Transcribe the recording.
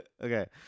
Okay